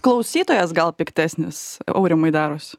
klausytojas gal piktesnis aurimai daros